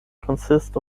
consist